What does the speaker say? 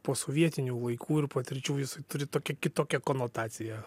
posovietinių laikų ir patirčių jisai turi tokią kitokią konotaciją